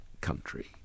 country